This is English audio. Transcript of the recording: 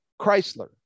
Chrysler